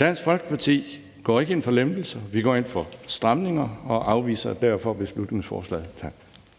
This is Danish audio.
Dansk Folkeparti går ikke ind for lempelser; vi går ind for stramninger og afviser derfor beslutningsforslaget.